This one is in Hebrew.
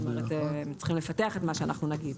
זאת אומרת, הם צריכים לפתח את מה שאנחנו נגיד.